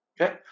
okay